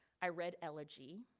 i read elegy,